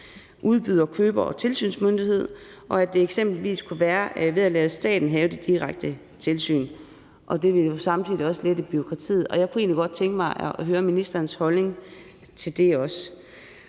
udbyder, køber og tilsynsmyndighed, og at det eksempelvis kunne være ved at lade staten have det direkte tilsyn. Det vil jo også samtidig lette bureaukratiet. Jeg kunne godt tænke mig at høre ministerens holdning til det også.